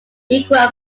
equal